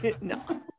No